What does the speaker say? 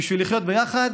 בשביל לחיות ביחד,